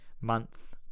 month